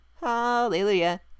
hallelujah